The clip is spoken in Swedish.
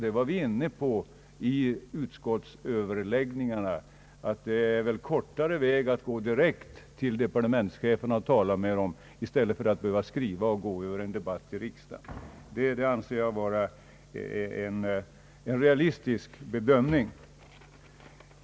Det var vi också inne på vid utskottsöverläggningarna, där vi menade att det är kortare väg att tala direkt med departementschefen än att skriva till Kungl. Maj:t och då behöva gå vägen över en debatt i riksdagen. Det anser jag vara en realistisk bedömning.